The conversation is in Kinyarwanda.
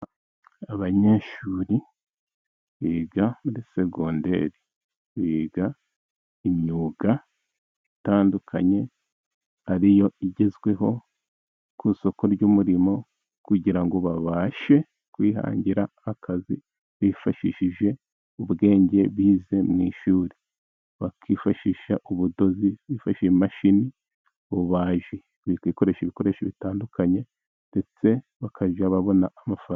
Abanyeshuri biga muri segondere，biga imyuga itandukanye ariyo igezweho ku isoko ry'umurimo， kugira ngo babashe kwihangira akazi bifashishije ubwenge bize mu ishuri，bakifashisha ubudozi，bifashishije imashini，ububaji， bakoresha ibikoresho bitandukanye， ndetse bakajya babona amafaranga.